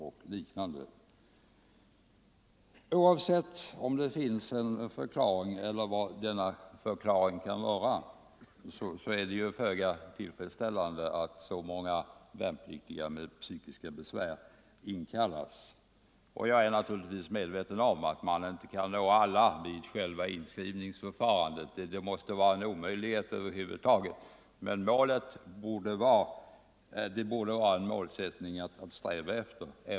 Oavsett vilken förklaringen kan vara, är det föga tillfredsställande att så många värnpliktiga med psykiska besvär inkallas. Jag är naturligtvis medveten om att man inte kan få fram alla vid själva inskrivningsförfarandet, men det borde vara en målsättning att sträva efter.